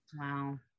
wow